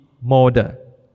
model